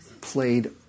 played